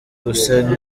gusa